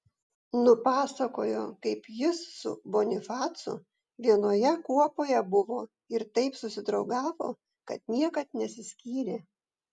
nupasakojo kaip jis su bonifacu vienoje kuopoje buvo ir taip susidraugavo kad niekad nesiskyrė